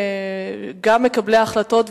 גם מקבלי החלטות,